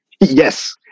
Yes